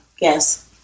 Yes